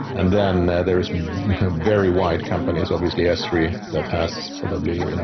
and then there's a very wide companies, obviously s three that has probably, you know